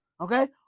okay